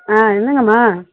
ஆ என்னங்கம்மா